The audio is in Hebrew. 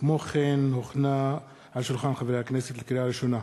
לקריאה ראשונה,